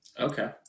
Okay